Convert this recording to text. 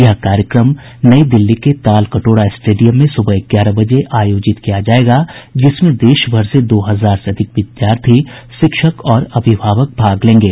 यह कार्यक्रम नई दिल्ली के तालकटोरा स्टेडियम में सुबह ग्यारह बजे आयोजित किया जाएगा जिसमें देशभर से दो हजार से अधिक विद्यार्थी शिक्षक और अभिभावक भाग लेंगे